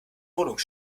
wohnung